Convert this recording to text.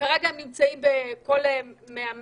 כרגע כל המאמנים